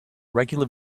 regular